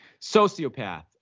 Sociopath